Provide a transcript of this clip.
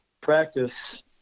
practice